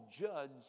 judge